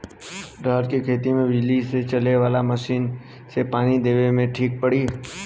रहर के खेती मे बिजली से चले वाला मसीन से पानी देवे मे ठीक पड़ी?